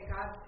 God